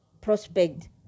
prospect